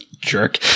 Jerk